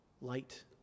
light